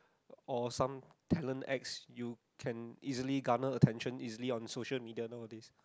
or some talent X you can easily garner attention easily on social media nowadays